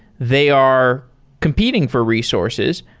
they are competing for resources.